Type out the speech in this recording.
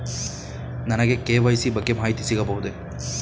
ನನಗೆ ಕೆ.ವೈ.ಸಿ ಬಗ್ಗೆ ಮಾಹಿತಿ ಸಿಗಬಹುದೇ?